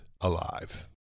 alive